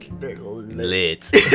lit